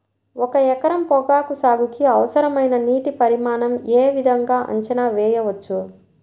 ఒక ఎకరం పొగాకు సాగుకి అవసరమైన నీటి పరిమాణం యే విధంగా అంచనా వేయవచ్చు?